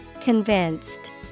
Convinced